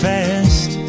Fast